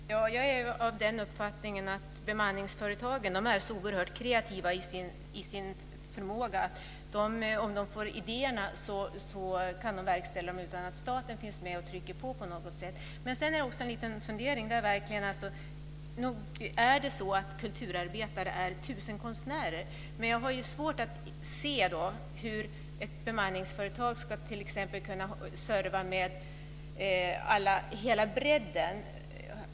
Fru talman! Jag är av den uppfattningen att bemanningsföretagen är så oerhört kreativa i sin förmåga att om de får idéerna kan de förverkliga dem utan att staten finns med och trycker på. Men sedan har jag en liten fundering. Nog är kulturarbetare tusenkonstnärer, men jag har svårt att se hur ett bemanningsföretag ska kunna serva med hela bredden.